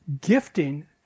gifting